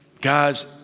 guys